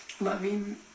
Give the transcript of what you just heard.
loving